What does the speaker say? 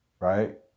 Right